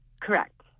Correct